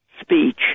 speech